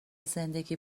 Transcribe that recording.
زندگی